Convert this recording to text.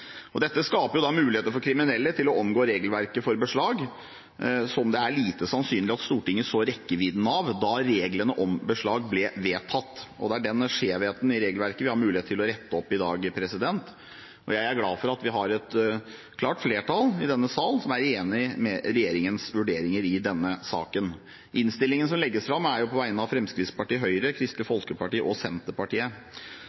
2016. Dette skaper muligheter for kriminelle til å omgå regelverket for beslag, noe det er lite sannsynlig at Stortinget så rekkevidden av da reglene om beslag ble vedtatt. Det er den skjevheten i regelverket vi har muligheten til å rette opp i dag, og jeg er glad for at vi har et klart flertall i denne sal som er enig i regjeringens vurderinger i denne saken. Innstillingen som legges fram, er på vegne av Fremskrittspartiet, Høyre, Kristelig